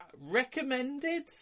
recommended